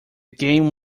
game